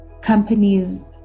Companies